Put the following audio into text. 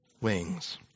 wings